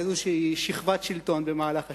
באיזושהי שכבת שלטון במהלך השנים.